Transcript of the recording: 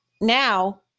now